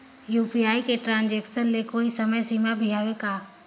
UPI के transaction ले कोई समय सीमा भी हवे का?